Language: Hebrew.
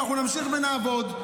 אנחנו נמשיך ונעבוד,